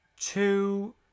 two